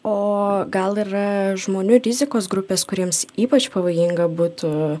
o gal yra žmonių rizikos grupės kuriems ypač pavojinga būtų